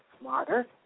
smarter